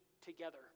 together